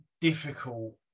difficult